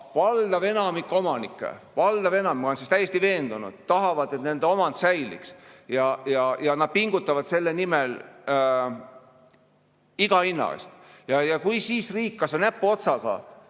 valdav enamik omanikke – valdav enamik, ma olen selles täiesti veendunud – tahab, et nende omand säiliks, ja nad pingutavad selle nimel iga hinna eest. Ja kui riik kas või näpuotsaga